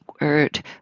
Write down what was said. word